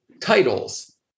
titles